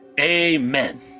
Amen